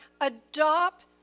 adopt